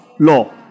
Law